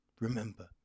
remember